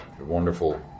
wonderful